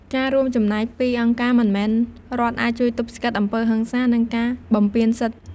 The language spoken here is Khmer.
ការរួមចំណែកពីអង្គការមិនមែនរដ្ឋអាចជួយទប់ស្កាត់អំពើហិង្សា និងការបំពានសិទ្ធិ។